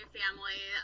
family